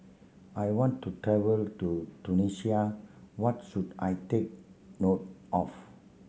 I want to travel to Tunisia what should I take note of